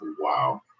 Wow